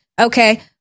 Okay